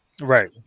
Right